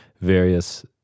various